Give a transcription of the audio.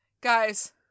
guys